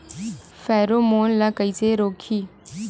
Pheromone ला कइसे रोकही?